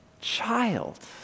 child